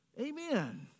Amen